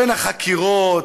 בין החקירות,